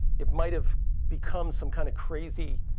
it might have become some kind of crazy